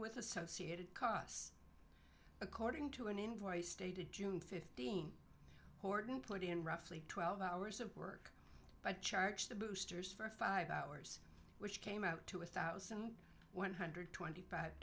with associated costs according to an invoice stated june fifteenth horton played in roughly twelve hours of work by charge the boosters for five hours which came out to one thousand one hundred twenty five